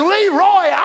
Leroy